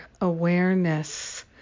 awareness